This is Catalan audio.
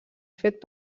fet